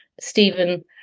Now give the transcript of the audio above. Stephen